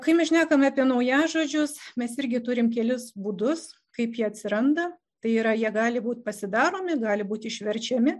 kai mes šnekame apie naujažodžius mes irgi turim kelis būdus kaip jie atsiranda tai yra jie gali būti pasidaromi gali būti išverčiami